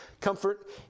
comfort